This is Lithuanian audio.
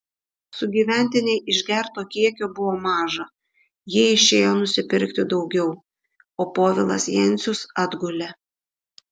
sugyventinei išgerto kiekio buvo maža ji išėjo nusipirkti daugiau o povilas jencius atgulė